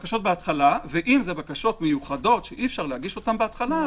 ואם זה בקשות מיוחדות שאי-אפשר להגישן בהתחלה,